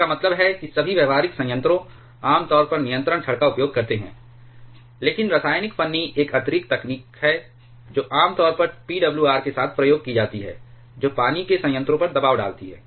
इसका मतलब है कि सभी व्यावहारिक संयंत्रों आमतौर पर नियंत्रण छड़ का उपयोग करते हैं लेकिन रासायनिक फन्नी एक अतिरिक्त तकनीक है जो आम तौर पर PWR के साथ प्रयोग की जाती है जो पानी के संयंत्रों पर दबाव डालती है